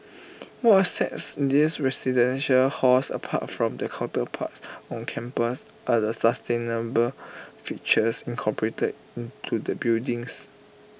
what A sets these residential halls apart from their counterparts on campus are the sustainable features incorporated into the buildings